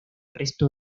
resto